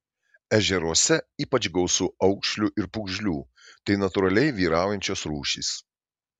ežeruose ypač gausu aukšlių ir pūgžlių tai natūraliai vyraujančios rūšys